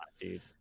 dude